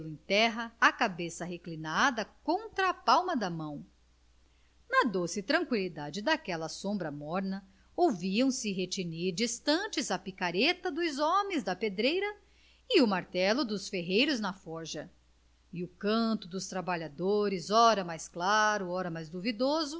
terra a cabeça reclinada contra a palma da mão na doce tranqüilidade daquela sombra morna ouvia-se retinir distante a picareta dos homens da pedreira e o martelo dos ferreiros na forja e o canto dos trabalhadores ora mais claro ora mais duvidoso